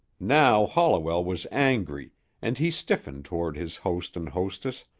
now holliwell was angry and he stiffened toward his host and hostess,